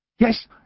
Yes